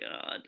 God